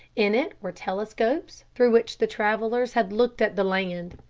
in it were telescopes through which the travelers had looked at the land.